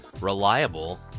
reliable